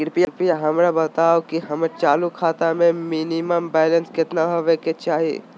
कृपया हमरा बताहो कि हमर चालू खाता मे मिनिमम बैलेंस केतना होबे के चाही